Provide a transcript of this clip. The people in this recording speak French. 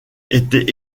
était